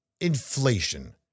inflation